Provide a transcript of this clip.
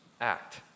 act